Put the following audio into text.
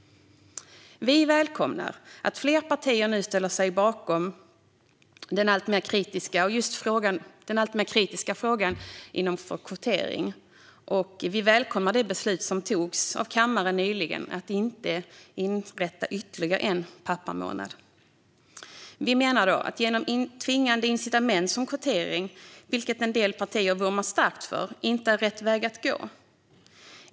Vi välkomnar att fler partier nu ställer sig alltmer kritiska till kvotering, och vi välkomnar det beslut som nyligen togs av kammaren om att inte inrätta ytterligare en pappamånad. Vi menar att tvingande incitament som kvotering, vilket en del partier vurmar starkt för, inte är rätt väg att gå.